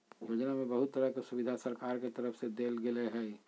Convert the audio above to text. योजना में बहुत तरह के सुविधा सरकार के तरफ से देल गेल हइ